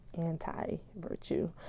anti-virtue